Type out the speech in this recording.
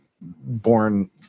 born